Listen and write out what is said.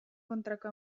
kontrako